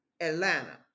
Atlanta